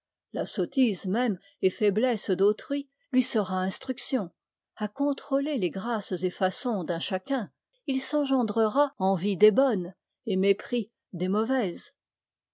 la sottise même et faiblesse d'autrui lui sera instruction à contrôler les grâces et façons d'un chacun il s'engendrera envie des bonnes et mépris des mauvaises